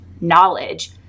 knowledge